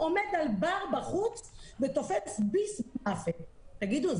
עומד על בר בחוץ ותופס ביס מהפה תגידו,